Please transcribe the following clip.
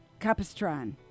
Capistran